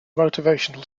motivational